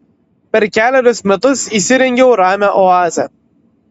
per kelerius metus įsirengiau ramią oazę